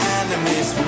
enemies